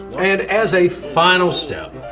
and as a final step,